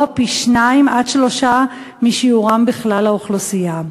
פי-שניים עד פי-שלושה משיעורם בכלל האוכלוסייה.